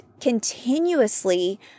continuously